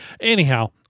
anyhow